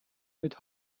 mit